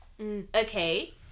okay